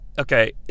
Okay